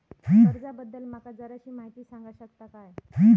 कर्जा बद्दल माका जराशी माहिती सांगा शकता काय?